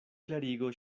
klarigo